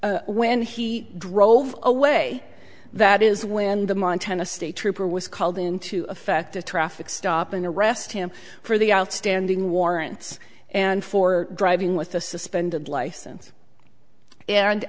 when he drove away that is when the montana state trooper was called in to effect a traffic stop and arrest him for the outstanding warrants and for driving with a suspended license and